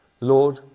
Lord